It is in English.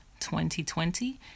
2020